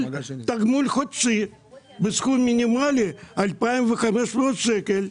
תגמול חודשי בסכום מינימלי של 2,500 שקל,